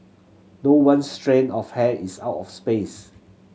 not one strand of hair is out of place